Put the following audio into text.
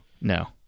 No